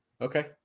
okay